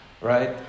right